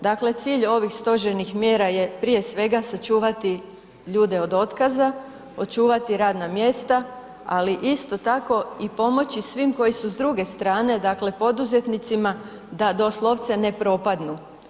Dakle, cilj ovih stožernih mjera je prije svega sačuvati ljude od otkaza, očuvati radna mjesta, ali isto tako i pomoći svima koji su s druge strane, dakle poduzetnicima da doslovce ne propadnu.